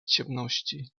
ciemności